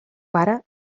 pare